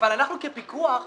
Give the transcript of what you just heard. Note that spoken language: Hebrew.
כאן באותו צד של המתרס.